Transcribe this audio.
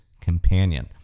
companion